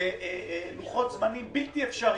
בלוחות זמנים בלתי אפשריים,